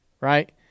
right